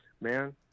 Man